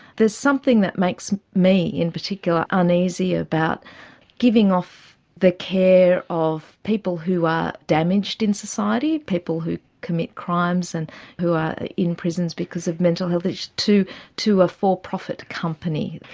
there's something that makes me in particular uneasy about giving off the care of people who are damaged in society, people who commit crimes and who are in prisons because of mental health issues, to to a full profit company.